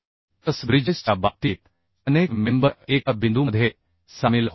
truss ब्रिजेसच्या बाबतीत अनेक मेंबर एका बिंदूमध्ये सामील होत आहेत